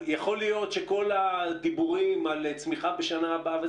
יכול להיות שכל הדיבורים על צמיחה בשנה הבאה,